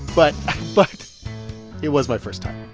but but it was my first time